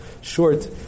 short